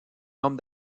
homme